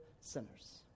sinners